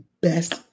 best